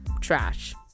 trash